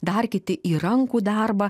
dar kiti į rankų darbą